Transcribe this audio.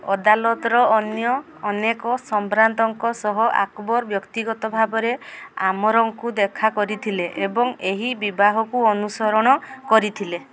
ଅଦାଲତର ଅନ୍ୟ ଅନେକ ସମ୍ଭ୍ରାନ୍ତଙ୍କ ସହ ଆକବର ବ୍ୟକ୍ତିଗତ ଭାବରେ ଆମରଙ୍କୁ ଦେଖା କରିଥିଲେ ଏବଂ ଏହି ବିବାହକୁ ଅନୁସରଣ କରିଥିଲେ